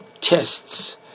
tests